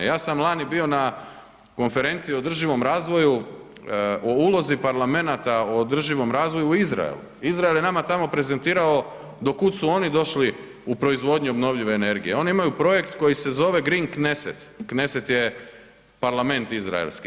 Ja sam lani bio na Konferenciji o održivom razvoju o ulozi parlamenata o održivom razvoju u Izraelu, Izrael je nama tamo prezentirao do kud su oni došli u proizvodnji obnovljive energije, oni imaju projekt koji se zove Gring kneset, kneset je parlament izraelski.